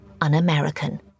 un-American